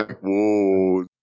whoa